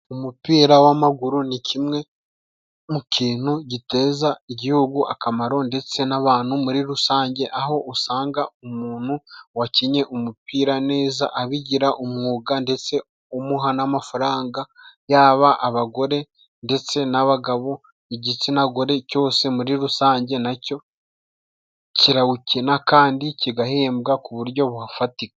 Umupira w'amaguru ni kimwe mu bintu biteza igihugu akamaro, ndetse n'abantu muri rusange, aho usanga umuntu wakinnye umupira neza abigira umwuga ndetse umuha n'amafaranga, yaba abagore ndetse n'abagabo, igitsina gore cyose muri rusange na cyo kirawukina kandi kigahembwa ku buryo bufatika.